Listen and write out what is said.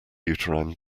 uterine